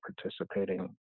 participating